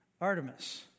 Artemis